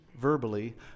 verbally